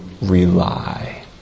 rely